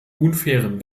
unfairen